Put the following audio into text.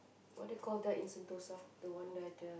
what they call that in Sentosa the one that the